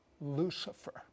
Lucifer